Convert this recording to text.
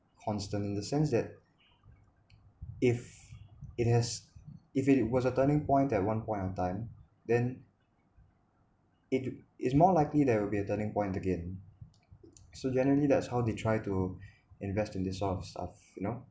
constant in the sense that if it has if it was a turning point at one point of time then it it's more likely there will be a turning point again so generally that's how they try to invest in this sort of stuff you know